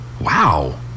wow